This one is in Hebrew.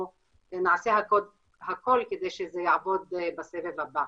נעשה הכול כדי שזה יעבוד בסבב הבא.